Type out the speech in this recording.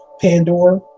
Pandora